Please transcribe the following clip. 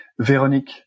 Véronique